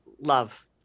love